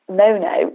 no-no